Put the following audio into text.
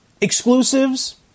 exclusives